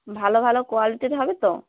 ভালো ভালো কোয়ালিটির হবে তো